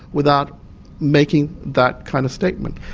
without making that kind of statement.